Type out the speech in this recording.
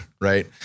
right